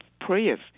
prayers